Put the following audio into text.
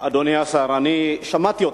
אדוני השר, אני שמעתי אותך,